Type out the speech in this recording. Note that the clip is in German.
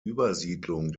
übersiedlung